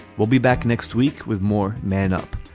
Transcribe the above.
we'll be back next week with more. man up.